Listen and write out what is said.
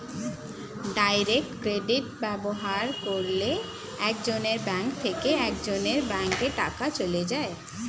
direct credit ব্যবহার করলে একজনের ব্যাঙ্ক থেকে আরেকজনের ব্যাঙ্কে টাকা চলে যায়